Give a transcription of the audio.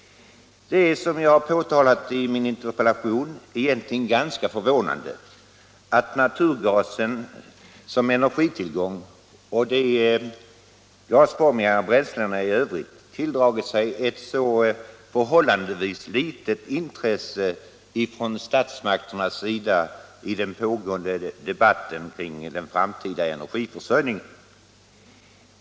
Det är, som jag påpekat i min interpellation, egentligen ganska förvånande att naturgasen som energitillgång och de gasformiga bränslena i övrigt tilldragit sig ett så förhållandevis litet intresse från statsmakternas sida i den pågående debatten kring den framtida energiförsörjningen.